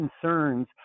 concerns